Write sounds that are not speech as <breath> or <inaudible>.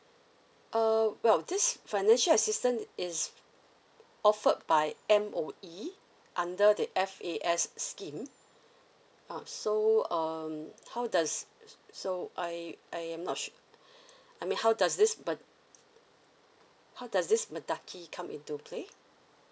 uh well this financial assistance is offered by M_O_E under the F_A_S scheme uh so um how does so I I am not su~ <breath> I mean how does this birdhow does this bur~ how does this mendaki come into play